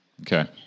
Okay